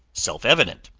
self-evident,